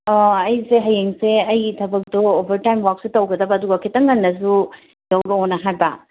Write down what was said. ꯑꯩꯁꯦ ꯍꯌꯦꯡꯁꯦ ꯑꯩꯒꯤ ꯊꯕꯛꯇꯣ ꯑꯣꯕꯔꯇꯥꯏꯝ ꯋꯥꯛꯁꯨ ꯇꯧꯒꯗꯕ ꯑꯗꯨꯒ ꯈꯤꯇꯪ ꯉꯟꯅꯁꯨ ꯌꯧꯔꯛꯂꯣꯅ ꯍꯥꯏꯕ